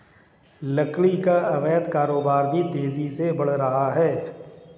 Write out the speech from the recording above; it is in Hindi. लकड़ी का अवैध कारोबार भी तेजी से बढ़ रहा है